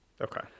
Okay